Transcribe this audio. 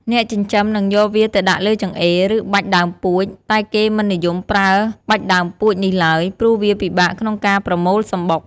អ្នកចិញ្ចឹមនឹងយកវាទៅដាក់លើចង្អេរ ឬបាច់ដើមពួច តែគេមិននិយមប្រើបាច់ដើមពួចនេះឡើយ ព្រោះវាពិបាកក្នុងការបម្រូលសំបុក។